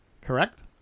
Correct